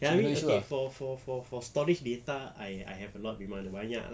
apparently okay for for for for storage data I have a lot memang ada banyak lah